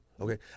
Okay